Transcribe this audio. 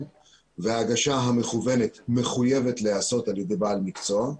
וההגשה המקוונת מחויבת להיעשות על ידי בעל מקצוע.